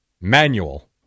manual